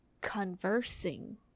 conversing